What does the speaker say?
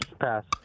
Pass